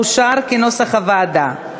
אושר כנוסח הוועדה.